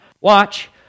Watch